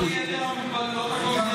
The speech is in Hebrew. שנמצא במשרד הבריאות.